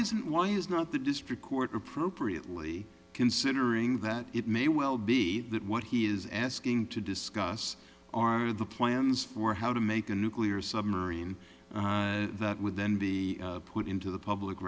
isn't why is not the district court appropriately considering that it may well be that what he is asking to discuss are the plans for how to make a nuclear submarine that would then be put into the public